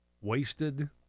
wasted